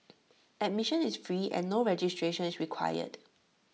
admission is free and no registration is required